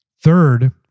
third